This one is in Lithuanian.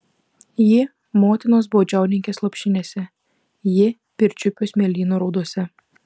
ji motinos baudžiauninkės lopšinėse ji pirčiupio smėlynų raudose